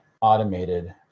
automated